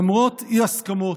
למרות אי-הסכמות,